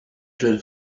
jeune